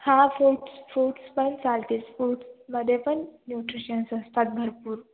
हां fruits fruits पण चालतील फूट्समध्ये पण न्यूट्रिशन्स असतात भरपूर